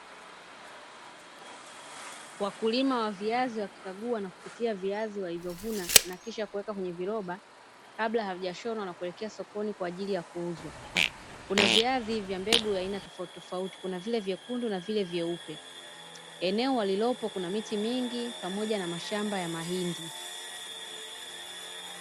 Wakulima wa viazi wakikagua na kupitia viazi walivyovuna na kisha kuweka kwenye viroba, kabla haijashonwa na kuelekea sokoni kwa ajili ya kuuzwa. Kuna viazi vya mbegu ya aina tofautitofauti, kuna vile vyekundu na vile vyeupe. Eneo walilopo kuna miti mingi, pamoja na mashamba ya mahindi.